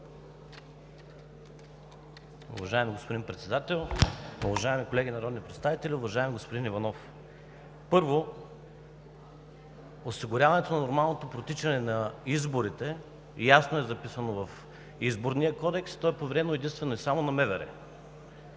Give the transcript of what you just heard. Уважаеми господин Председател, уважаеми колеги народни представители, уважаеми господин Иванов! Първо, осигуряването на нормалното протичане на изборите ясно е записано в Изборния кодекс, и то е поверено единствено и само на МВР.